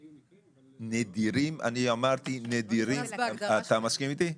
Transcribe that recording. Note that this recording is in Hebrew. היו מקרים --- אתה מסכים איתי?